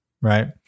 Right